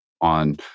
on